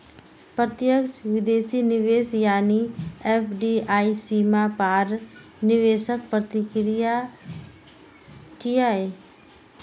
प्रत्यक्ष विदेशी निवेश यानी एफ.डी.आई सीमा पार निवेशक प्रक्रिया छियै